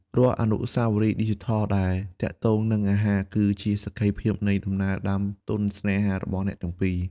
រាល់អនុស្សាវរីយ៍ឌីជីថលដែលទាក់ទងនឹងអាហារ គឺជាសក្ខីភាពនៃដំណើរដើមទុនស្នេហារបស់អ្នកទាំងពីរ។